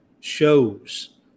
shows